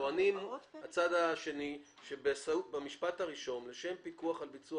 טוען הצד השני שבמשפט הראשון בו נאמר "לשם פיקוח על ביצוע